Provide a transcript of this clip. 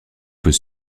peut